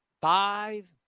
five